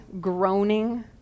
groaning